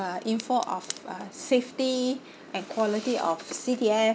info of uh safety and quality of C D F